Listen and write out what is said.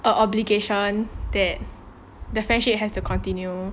or obligation that the friendship has to continue